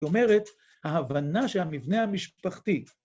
‫זאת אומרת, ההבנה שהמבנה המשפחתית.